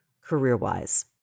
career-wise